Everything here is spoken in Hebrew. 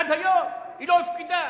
עד היום היא לא הופקדה,